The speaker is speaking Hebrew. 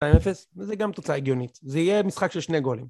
זה גם תוצאה הגיונית, זה יהיה משחק של שני גולים